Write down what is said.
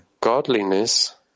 godliness